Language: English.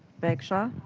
bagshaw.